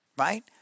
Right